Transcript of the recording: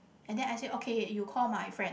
and then I say okay you call my friend